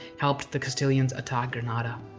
helped the castilians attack granada.